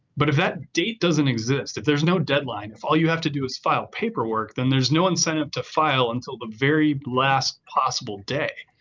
but if that date doesn't exist, if there's no deadline, if all you have to do is file paperwork, then there's no incentive to file until the very last possible day,